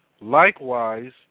likewise